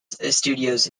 studios